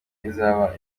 izaba